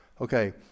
okay